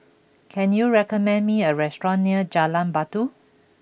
can you recommend me a restaurant near Jalan Batu